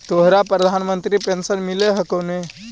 तोहरा प्रधानमंत्री पेन्शन मिल हको ने?